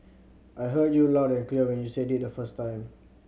I heard you loud and clear when you said it the first time